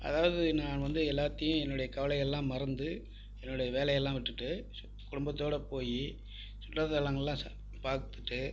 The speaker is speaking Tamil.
அதாவது நான் வந்து எல்லாத்தையும் என்னுடைய கவலை எல்லாம் மறந்து என்னோடைய வேலை எல்லாம் விட்டுவிட்டு குடும்பத்தோட போய் சுற்றுலாத்தலங்கள்லாம் சா பார்த்துட்டு